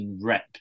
rep